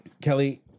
kelly